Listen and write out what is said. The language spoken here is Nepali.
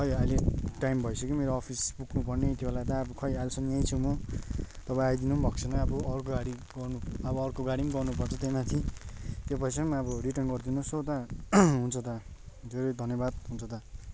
खोइ अहिले टाइम भइसक्यो मेरो अफिस पुग्नु पर्ने यतिबेला दा अब खोइ अहिलेसम्म यहीँ छु म तपाईँ आइदिनु पनि भएको छैन अब अर्को गाडी गर्नु अब अर्को गाडी पनि गर्नुपर्छ त्यहीमाथि त्यो पैसा पनि अब रिटर्न गरिदिनोस् हो दा हुन्छ दा धेरै धन्यवाद हुन्छ दा